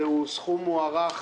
סכום מוערך